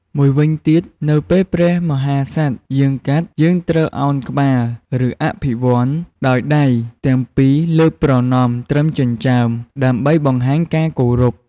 មួយវិញទៀតនៅពេលព្រះមហាក្សត្រយាងកាត់ យើងត្រូវអោនក្បាល ឬអភិវន្ទដោយដៃទាំងពីរលើកប្រណម្យត្រឹមចិញ្ចើម ដើម្បីបង្ហាញការគោរព។